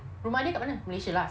malaysia lah